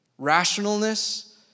Rationalness